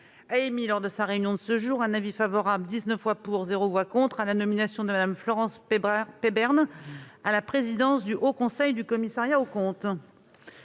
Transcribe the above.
a émis, lors de sa réunion de ce jour, un avis favorable- 19 voix pour, aucune voix contre -à la nomination de Mme Florence Peybernes à la présidence du Haut Conseil du commissariat aux comptes.